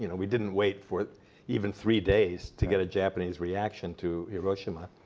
you know we didn't wait for even three days to get a japanese reaction to hiroshima.